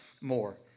more